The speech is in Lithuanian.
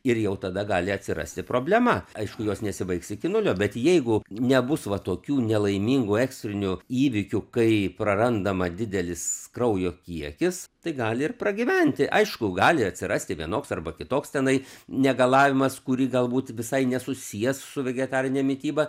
ir jau tada gali atsirasti problema aišku jos nesibaigs iki nulio bet jeigu nebus va tokių nelaimingų ekstrinių įvykių kai prarandama didelis kraujo kiekis tai gali ir pragyventi aišku gali atsirasti vienoks arba kitoks tenai negalavimas kurį galbūt visai nesusies su vegetarine mityba